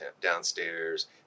downstairs